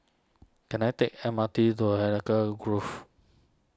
can I take M R T to Grove